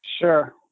Sure